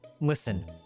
Listen